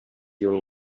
your